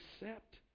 accept